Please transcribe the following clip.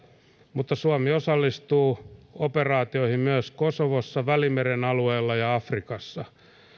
mutta suomi osallistuu operaatioihin myös kosovossa välimeren alueella ja afrikassa